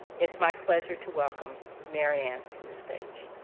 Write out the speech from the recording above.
it's my pleasure to welcome mary ann to the stage.